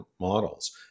models